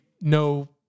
no